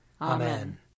Amen